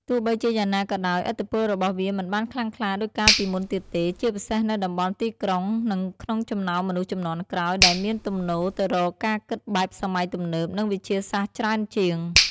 ទោះបីជាយ៉ាងណាក៏ដោយ ឥទ្ធិពលរបស់វាមិនបានខ្លាំងក្លាដូចកាលពីមុនទៀតទេ ជាពិសេសនៅតំបន់ទីក្រុង និងក្នុងចំណោមមនុស្សជំនាន់ក្រោយ ដែលមានទំនោរទៅរកការគិតបែបសម័យទំនើប និងវិទ្យាសាស្ត្រច្រើនជាង។